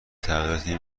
تغییراتی